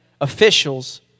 officials